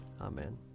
Amen